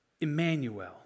Emmanuel